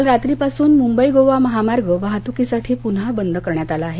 काल रात्रीपासून मुंबई गोवा महामार्ग वाहतुकीसाठी पुन्हा बंद करण्यात आला आहे